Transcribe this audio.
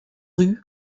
rue